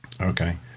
Okay